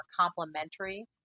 complementary